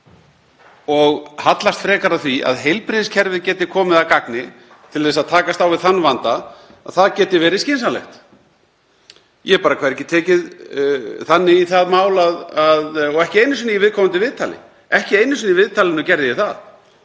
og hallast frekar að því að heilbrigðiskerfið geti komið að gagni til að takast á við þann vanda. Ég hef bara hvergi tekið þannig í það mál og ekki einu sinni í umræddu viðtali, ekki einu sinni í viðtalinu gerði ég það.